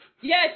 Yes